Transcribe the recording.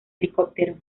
helicóptero